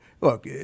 look